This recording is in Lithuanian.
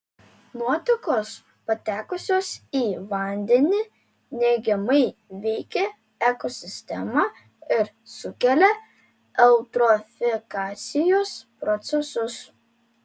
nuotekos patekusios į vandenį neigiamai veikia ekosistemą ir sukelia eutrofikacijos procesus